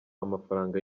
amafaranga